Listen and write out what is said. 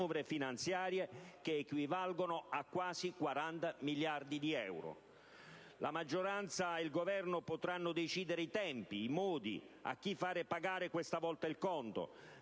finanziarie che equivalgono a quasi 40 miliardi di euro. La maggioranza e il Governo potranno deciderne i tempi e i modi, a chi fare pagare questa volta il conto,